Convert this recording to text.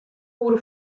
oere